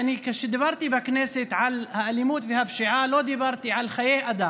כשדיברתי כבר בכנסת על האלימות והפשיעה לא דיברתי על חיי אדם,